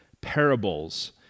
parables